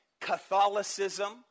Catholicism